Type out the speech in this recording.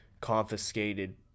confiscated